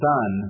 Son